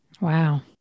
Wow